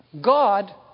God